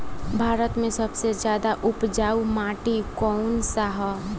भारत मे सबसे ज्यादा उपजाऊ माटी कउन सा ह?